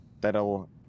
that'll